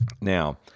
Now